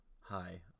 Hi